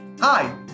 Hi